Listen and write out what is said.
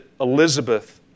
Elizabeth